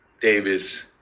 Davis